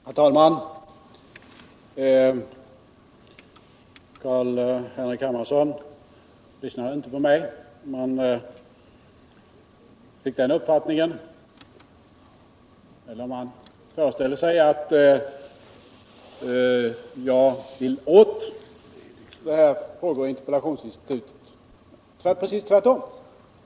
Herr talman! Carl-Henrik Hermansson lyssnade inte på mig men fick den uppfattningen — eller också föreställer han sig att det är så — att jag vill åt frågeoch interpellationsinstitutet. Det är precis tvärtom.